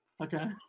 Okay